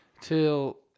till